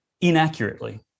inaccurately